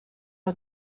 nhw